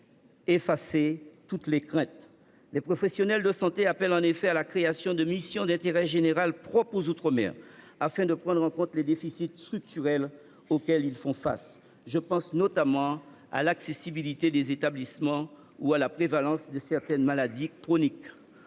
effacer toutes les craintes. Les professionnels de santé appellent en effet à la création de missions d’intérêt général propres aux outre mer, afin de prendre en compte les défis structurels auxquels ces territoires font face. Je pense notamment à l’accessibilité des établissements ou à la prévalence de certaines maladies chroniques.